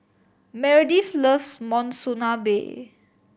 Meredith loves Monsunabe